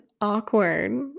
awkward